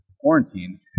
quarantine